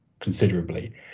considerably